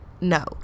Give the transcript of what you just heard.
no